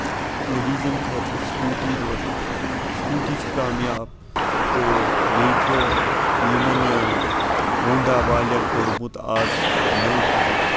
لیڈیٖزَن خٲطرٕ سکوٗٹی روزان سکوٗٹی چھِ کامیاب تہٕ بیٚیہِ چھِ یِمن ہونڈا والیو کوٚڑمُت یِمن آز نٔو بایِک